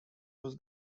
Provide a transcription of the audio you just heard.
was